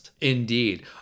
Indeed